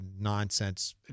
nonsense